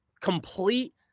complete